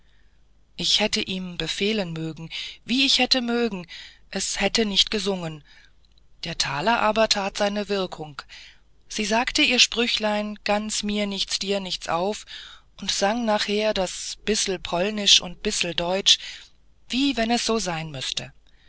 ich hätte ihm befehlen mögen wie ich hätte mögen es hätte nicht gesungen der taler aber tat seine wirkung sie sagte ihr sprüchlein ganz mir nichts dir nichts auf und sang nachher das bissel polnisch und n bissel deutsch wie wenn es so sein müßte